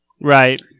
Right